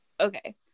Okay